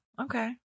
okay